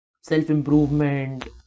self-improvement